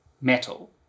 metal